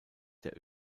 der